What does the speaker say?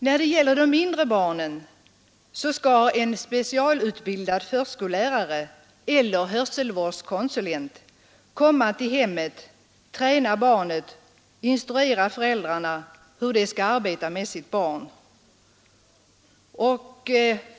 Vad beträffar de mindre barnen skall en specialutbildad förskollärare eller hörselvårdskonsulent komma till hemmet, träna barnet och instruera föräldrarna hur de skall arbeta med sitt barn.